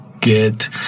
get